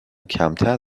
کمتر